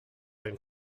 denn